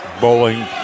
Bowling